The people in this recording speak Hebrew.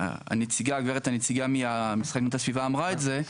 הנציגה של המשרד לאיכות הסביבה אמרה את זה,